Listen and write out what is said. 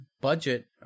budget